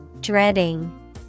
dreading